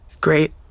Great